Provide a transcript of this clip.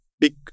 big